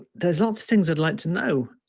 there's lots of things i'd like to know.